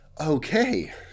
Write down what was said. okay